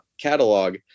catalog